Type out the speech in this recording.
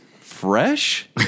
fresh